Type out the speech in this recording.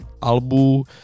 albu